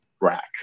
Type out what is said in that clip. rack